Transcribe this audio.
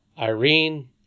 Irene